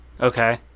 Okay